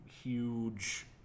huge